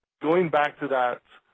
going back to that